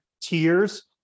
tiers